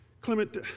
Clement